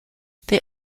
they